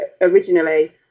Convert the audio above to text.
originally